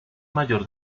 mayor